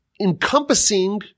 Encompassing